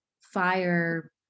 fire